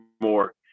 more